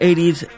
80s